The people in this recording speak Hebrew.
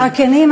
הכנים,